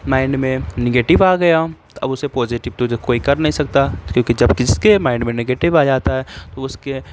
mind میں negative آ گیا تو اب اسے پازیٹو تو جو کوئی کر نہیں سکتا کیوںکہ جب کسی کے مائنڈ میں نیگیٹو آ جاتا ہے تو اس کے